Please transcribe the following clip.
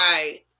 Right